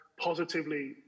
positively